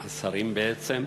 השרים בעצם,